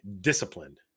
disciplined